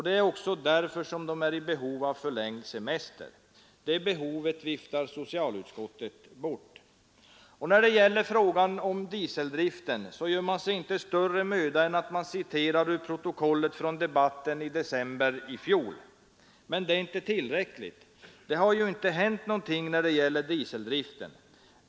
Det är också därför de är i behov av förlängd semester. Det behovet viftar socialutskottet bort. När det gäller frågan om dieseldriften gör utskottet sig inte större möda än att man citerar ur protokollet från debatten i december i fjol. Men det är inte tillräckligt. Det har ju inte hänt någonting när det gäller dieseldriften.